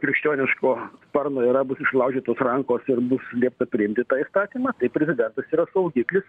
krikščioniško sparno yra bus išlaužytos rankos ir bus liepta priimti tą įstatymą tai prezidentas yra saugiklis